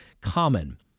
common